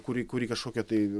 kurį kurį kažkokia tai